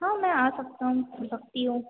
हाँ मै आ सकता हूँ सकती हूँ